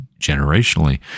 generationally